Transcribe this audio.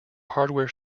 hardware